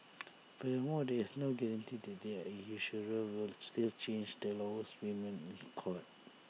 furthermore there is no guarantee that an insurer will still change the lowest premiums in